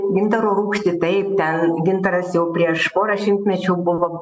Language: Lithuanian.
ir gintaro rūgštį taip ten gintaras jau prieš porą šimtmečių buvo